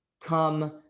come